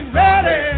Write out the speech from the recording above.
ready